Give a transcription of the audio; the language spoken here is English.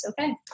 okay